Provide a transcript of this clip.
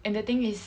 and the thing is